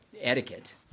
etiquette